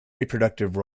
reproductive